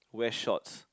wear shorts